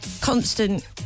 Constant